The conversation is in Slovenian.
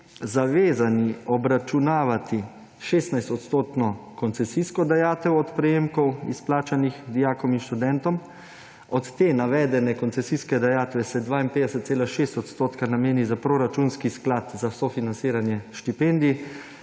zavezani obračunavati 16-odstotno koncesijsko dajatev od prejemkov, izplačanih dijakom in študentom, od navedene koncesijske dajatve se 52,6 % nameni za proračunski sklad za sofinanciranje štipendij,